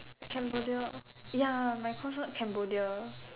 Cambodia ya my course one Cambodia